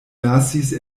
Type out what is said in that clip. lasis